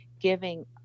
giving